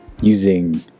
using